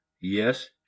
yes